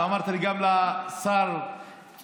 ואמרת גם על שר אז,